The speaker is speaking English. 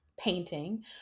painting